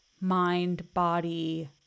mind-body